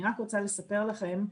אני רק רוצה לספר לכם.